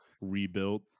rebuilt